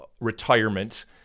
retirement